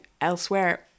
elsewhere